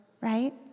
right